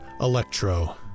electro